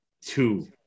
two